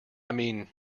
mean